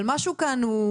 אבל משהו כאן הוא